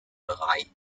bereit